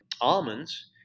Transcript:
almonds